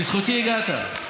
בזכותי הגעת.